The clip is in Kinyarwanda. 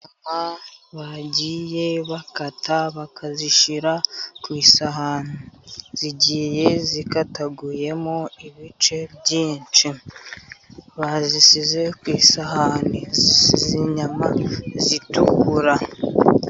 Bagiye bakata bakazishyira ku isahani zigiye zikataguyemo ibice byinshi bazishyize ku isahani ni inyama zitukura.